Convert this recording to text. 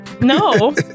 No